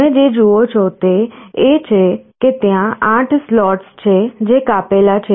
તમે જે જુઓ છો તે એ છે કે ત્યાં 8 સ્લોટ્સ છે જે કાપેલા છે